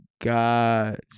God